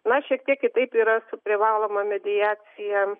na šiek tiek kitaip yra su privaloma mediacija